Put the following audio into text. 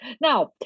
Now